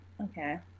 Okay